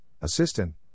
assistant